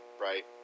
right